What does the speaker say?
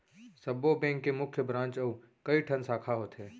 सब्बो बेंक के मुख्य ब्रांच अउ कइठन साखा होथे